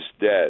dead